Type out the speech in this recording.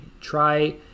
Try